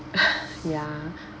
ya